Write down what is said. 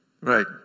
Right